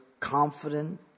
Confident